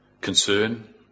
concern